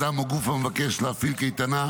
אדם או גוף המבקש להפעיל קייטנה,